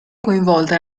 coinvolte